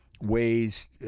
ways